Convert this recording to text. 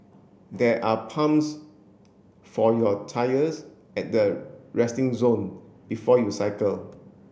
there are pumps for your tyres at the resting zone before you cycle